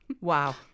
Wow